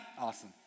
Awesome